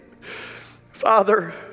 Father